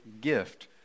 gift